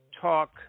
Talk